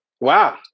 Wow